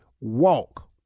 walk